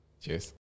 Cheers